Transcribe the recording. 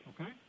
Okay